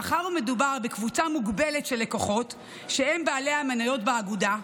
מאחר שמדובר בקבוצה מוגבלת של לקוחות שהם בעלי המניות באגודה,